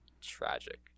tragic